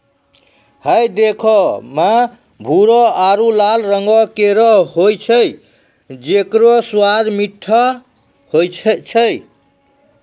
हय देखै म भूरो आरु लाल रंगों केरो होय छै जेकरो स्वाद मीठो होय छै